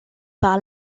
par